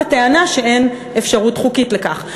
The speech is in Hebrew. בטענה שאין אפשרות חוקית לכך.